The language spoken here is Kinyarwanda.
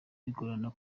bigorana